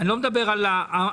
אני לא מדבר על העמדות.